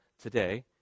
today